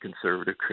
conservative